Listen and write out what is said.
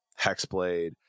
Hexblade